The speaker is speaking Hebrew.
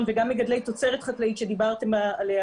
וגם מגדלי תוצרת חקלאית עליהם דיברתם,